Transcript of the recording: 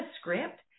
script